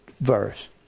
verse